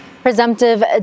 Presumptive